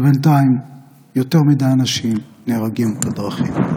ובינתיים יותר מדי אנשים נהרגים בדרכים.